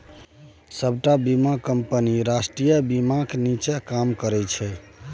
सबटा बीमा कंपनी राष्ट्रीय बीमाक नीच्चेँ काज करय छै